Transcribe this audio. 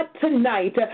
tonight